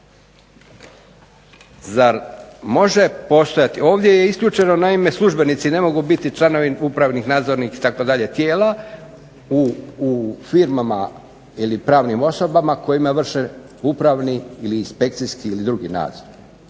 Zar može postojati. Ovdje je isključeno, naime službenici ne mogu biti članovi upravnih, nadzornih, itd. tijela, u firmama ili pravnim osobama kojima vrše upravni ili inspekcijski ili drugi nadzor.